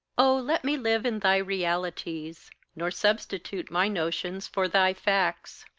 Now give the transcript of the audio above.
oh, let me live in thy realities, nor substitute my notions for thy facts,